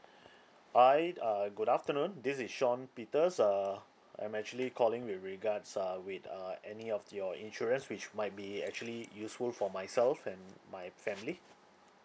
hi uh good afternoon this is sean peters err I'm actually calling with regards err with uh any of your insurance which might be actually useful for myself and my family